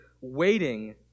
waiting